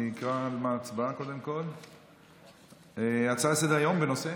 אקרא על מה ההצבעה: הצעה לסדר-יום בנושא: